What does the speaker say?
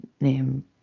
name